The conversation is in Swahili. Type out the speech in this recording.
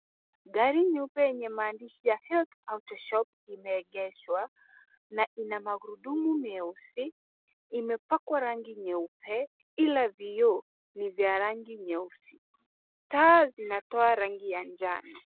Gari nyeupe yenye maandishi Health Auto shop imeegeshwa na ina magurudumu meusi, imepakwa rangi nyeupe, ila vioo ni vya rangi nyeusi. Taa zinatoa rangi ya njano.